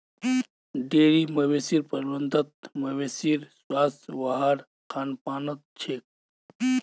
dairy मवेशी प्रबंधत मवेशीर स्वास्थ वहार खान पानत छेक